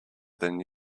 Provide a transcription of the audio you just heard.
than